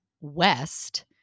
west